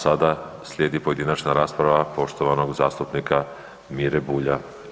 Sada slijedi pojedinačna rasprava poštovanog zastupnika Mire Bulja.